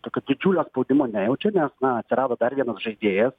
tokio didžiulio spaudimo nejaučia nes atsirado dar vienas žaidėjas